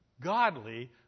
godly